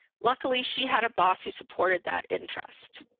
luckily, she had a boss who supported that interest.